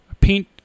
paint